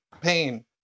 pain